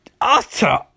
utter